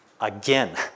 again